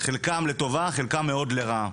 חלקם לטובה, חלקם מאוד לרעה.